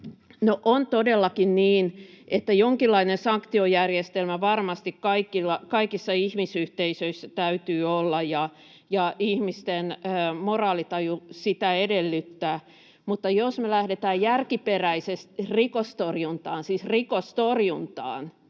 on todellakin niin, että jonkinlainen sanktiojärjestelmä varmasti kaikissa ihmisyhteisöissä täytyy olla, ja ihmisten moraalitaju sitä edellyttää, mutta jos me lähdetään järkiperäisesti rikostorjuntaan — siis rikostorjuntaan,